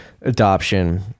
adoption